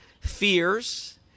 fears